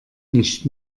nicht